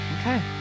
Okay